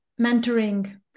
mentoring